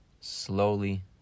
slowly